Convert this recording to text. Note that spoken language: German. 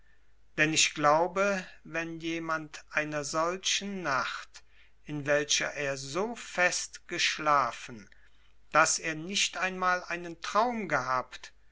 denn ich glaube wenn jemand einer solchen nacht in welcher er so fest geschlafen daß er nicht einmal einen traum gehabt